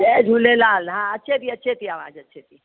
जय झूलेलाल हा अचे थी अचे थी आवाज़ु अचे थी